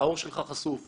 העור שלך חשוף וכדומה.